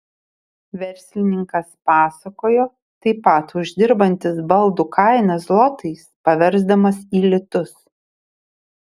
verslininkas pasakojo taip pat uždirbantis baldų kainą zlotais paversdamas į litus